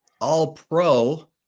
All-Pro